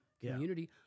community